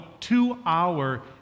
two-hour